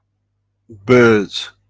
birds.